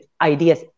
ideas